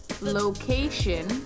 location